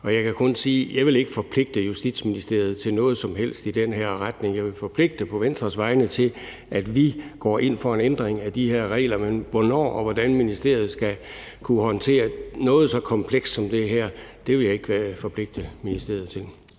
og jeg kan kun sige, at jeg ikke vil forpligte Justitsministeriet til noget som helst i den her retning. Jeg vil forpligte Venstre på, at vi går ind for en ændring af de her regler, men hvornår og hvordan ministeriet skal kunne håndtere noget så komplekst som det her, vil jeg ikke forpligte ministeriet i